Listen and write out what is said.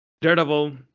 Daredevil